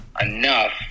enough